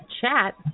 chat